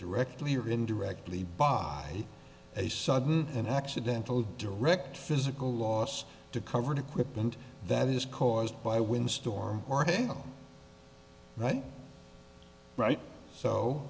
directly or indirectly by a sudden and accidental direct physical loss to covered equipment that is caused by wind storm or hell right right so